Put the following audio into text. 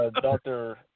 Doctor